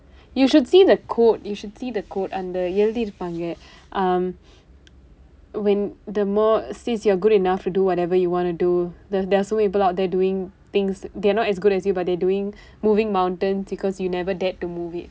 you should see the quote you should see the quote அந்த எழுதிருப்பாங்க:andtha ezhuthiruppaangka um when the more since you are good enough to do whatever you want to do the there are so many people out there doing things they are not as good as you but they doing moving mountain because you never dared to move it